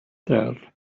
that